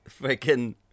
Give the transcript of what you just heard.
freaking